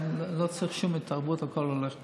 לא צריך שום התערבות, הכול הולך בסדר.